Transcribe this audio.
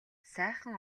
сайхан